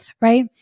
right